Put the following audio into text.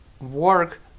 work